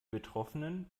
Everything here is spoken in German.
betroffenen